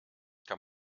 kann